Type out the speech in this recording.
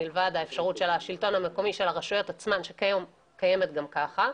מלבד האפשרות של גבייה ביד הרשות עצמה שקיימת גם ככה.